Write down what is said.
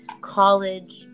college